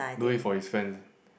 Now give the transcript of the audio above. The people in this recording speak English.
do it for his fans ah